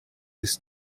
his